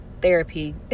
Therapy